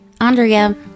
Andrea